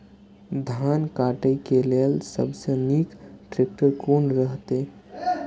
धान काटय के लेल सबसे नीक ट्रैक्टर कोन रहैत?